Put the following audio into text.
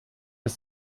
des